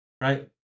Right